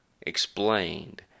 explained